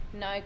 no